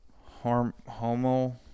Homo –